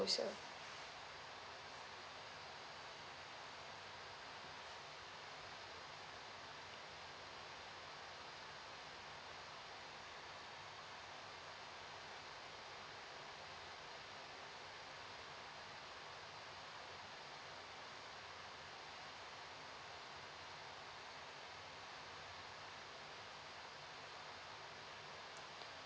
also